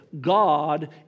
God